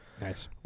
Nice